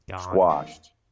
squashed